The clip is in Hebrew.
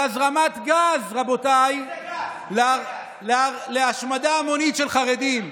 על הזרמת גז, רבותיי, להשמדה המונית של חרדים.